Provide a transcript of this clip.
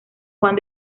juan